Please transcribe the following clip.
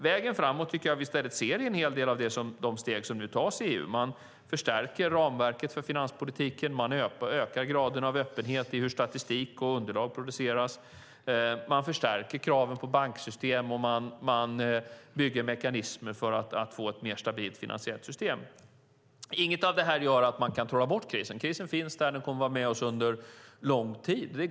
Vägen framåt tycker jag att vi i stället ser i en hel del av de steg som nu tas i EU: Man förstärker ramverket för finanspolitiken, man ökar graden av öppenhet i hur statistik och underlag produceras, man förstärker kraven på banksystem och man bygger mekanismer för att få ett mer stabilt finansiellt system. Inget av detta gör att man kan trolla bort krisen. Krisen finns där, och den kommer att vara med oss under lång tid.